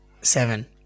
seven